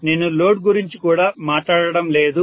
కాబట్టి నేను లోడ్ గురించి కూడా మాట్లాడటం లేదు